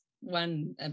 one